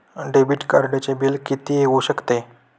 Debit कार्डचे bill किती येऊ शकते?